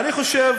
אני חושב